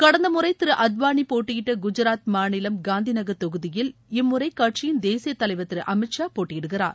கடந்த முறை திரு அத்வானி போட்டியிட்ட குஜாத் மாநிலம் காந்திநகர் தொகுதியில் இம்முறை கட்சியின் தேசிய தலைவர் திரு அமித் ஷா போட்டியிடுகிறார்